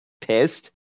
pissed